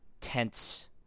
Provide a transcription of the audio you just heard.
tense